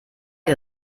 der